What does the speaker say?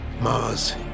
Mars